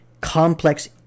Complex